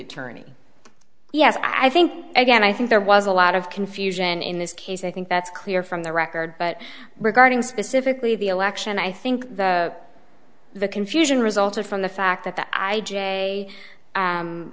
attorney yes i think again i think there was a lot of confusion in this case i think that's clear from the record but regarding specifically the election i think the confusion resulted from the fact that